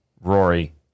Rory